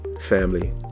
family